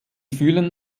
füllen